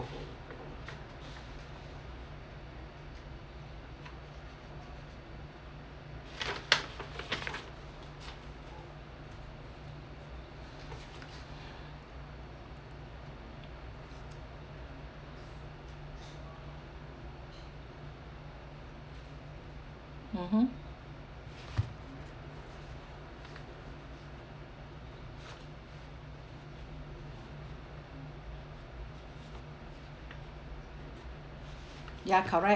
mmhmm ya correct